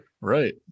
Right